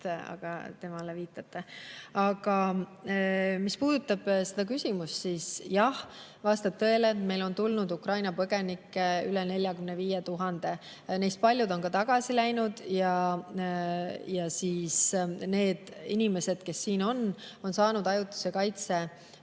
aga temale viitate. Mis puudutab seda küsimust, siis jah, vastab tõele, et meile on tulnud Ukraina põgenikke üle 45 000. Neist paljud on tagasi läinud. Need inimesed, kes siin on, on saanud ajutise kaitse